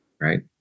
right